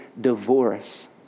divorce